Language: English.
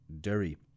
Derry